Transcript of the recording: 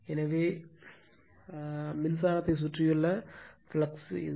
எனவே இது மின்சாரத்தை சுற்றியுள்ள ஃப்ளக்ஸ் ஆகும்